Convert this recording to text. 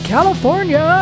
California